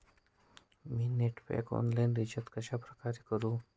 मी net pack online recharge कशाप्रकारे करु?